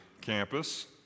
campus